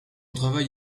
travail